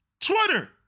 Twitter